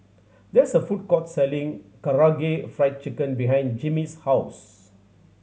there is a food court selling Karaage Fried Chicken behind Jimmy's house